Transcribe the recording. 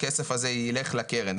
הכסף הזה יילך לקרן,